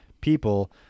people